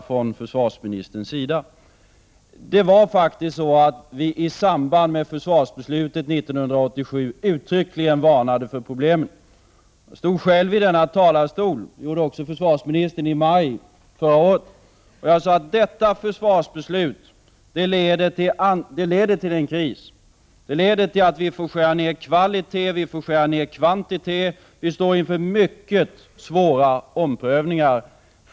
I samband med försvarsbeslutet 1987 varnade vi moderater faktiskt uttryckligen för problemen. Jag stod själv i denna talarstol, och det gjorde också försvarsministern, i maj förra året. Jag sade att detta försvarsbeslut skulle leda till en kris och till att vi skulle få skära ned kvaliteten, att vi skulle få skära ned kvantiteten, att vi skulle stå inför mycket svåra omprövningar.